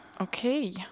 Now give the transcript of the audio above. Okay